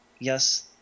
Yes